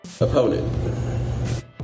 opponent